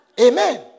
Amen